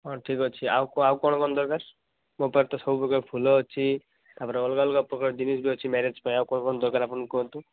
ହଁ ଠିକ୍ ଅଛି ଆଉ କଣ କଣ ଦରକାର ମୋ ପାଖରେ ତ ସବୁ ପ୍ରକାର ଫୁଲ ଅଛି ତାପରେ ଅଲଗା ଅଲଗା ପ୍ରକାର ଜିନିଷ ଅଛି ମ୍ୟାରେଜ୍ ପାଇଁ ଆଉ କଣ କଣ ଦରକାର ଆପଣ କୁହନ୍ତୁ